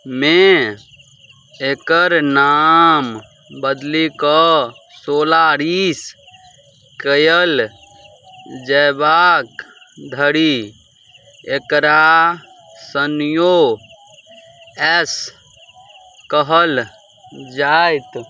मे एकर नाम बदली कऽ सोलारिस कयल जेबाक धरि एकरा सनियो एस कहल जायत